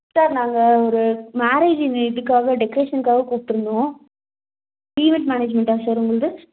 sir நாங்கள் ஒரு marriage இன்வெயிட்டுக்காக டெக்கரேஷன்காக கூப்பிட்டுருந்தோம் ஈவென்ட் மேனேஜ்மெண்டா சார் உங்களது